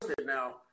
now